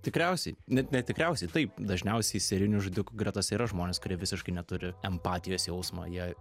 tikriausiai net ne tikriausiai taip dažniausiai serijinių žudikų gretose yra žmonės kurie visiškai neturi empatijos jausmo jie